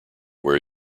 where